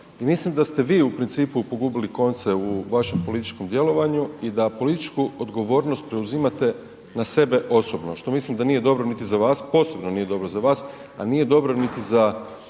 mislim da ste vi u principu pogubili konce u vašem političkom djelovanju i da političku odgovornost preuzimate na sebe osobno, što mislim da nije dobro niti za vas, posebno nije dobro za vas, a nije dobro niti za